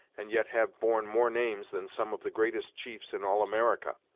and yet have borne more names than some of the greatest chiefs in all america.